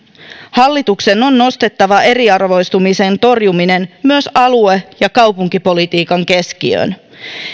hallituksen on nostettava eriarvoistumisen torjuminen myös alue ja kaupunkipolitiikan keskiöön